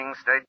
State